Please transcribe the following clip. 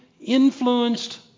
influenced